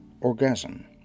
orgasm